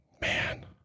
Man